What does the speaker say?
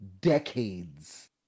DECADES